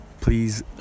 Please